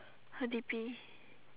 her D_P